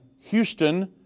Houston